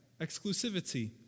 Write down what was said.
exclusivity